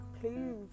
please